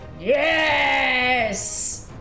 Yes